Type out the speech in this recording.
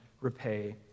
repay